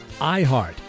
iHeart